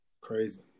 Crazy